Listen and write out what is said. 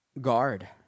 guard